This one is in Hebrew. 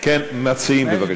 המציעים, בבקשה.